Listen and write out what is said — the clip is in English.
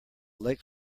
lake